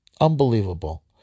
Unbelievable